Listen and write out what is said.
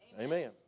amen